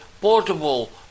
portable